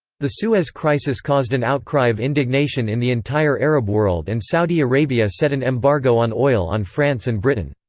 the suez crisis caused an outcry of indignation in the entire arab world and saudi arabia set an embargo on oil on france and britain.